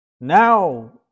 Now